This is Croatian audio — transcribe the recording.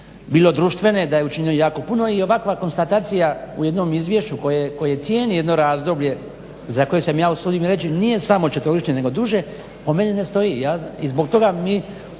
bilo društvene, da je učinjeno jako puno i ovakva konstatacija u jednom izvješću koje cijeni jedno razdoblje za koje se ja usudim reći nije samo četverogodišnje nego duže, po meni ne stoji. I zbog toga mi